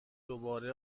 دوباره